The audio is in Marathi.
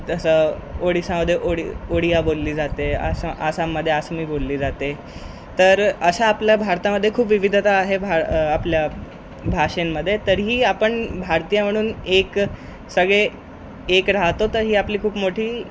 तसं ओडिसामध्ये ओडी ओडिया बोलली जाते आम आसाममध्ये आसामी बोलली जाते तर अशा आपल्या भारतामध्ये खूप विविधता आहे भार आपल्या भाषेंमध्ये तरीही आपण भारतीय म्हणून एक सगळे एक राहतो तर ही आपली खूप मोठी